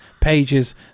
pages